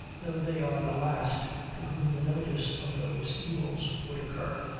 though they are the last to whom the notice of those evils would occur,